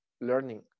learning